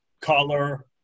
color